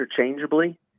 interchangeably